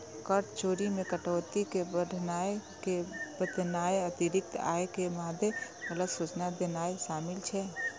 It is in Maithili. कर चोरी मे कटौती कें बढ़ाय के बतेनाय, अतिरिक्त आय के मादे गलत सूचना देनाय शामिल छै